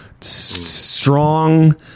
strong